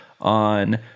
on